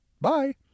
bye